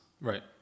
Right